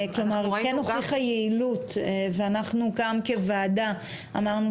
היא כן הוכיחה יעילות ואנחנו גם כוועדה אמרנו